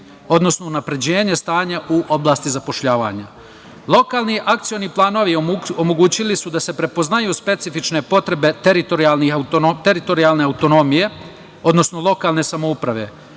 odnosno unapređenje stanja u oblasti zapošljavanja. Lokalni akcioni planovi omogućili su da se prepoznaju specifične potrebe teritorijalne autonomije, odnosno lokalne samouprave,